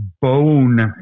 bone